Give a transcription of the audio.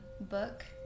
book